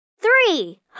three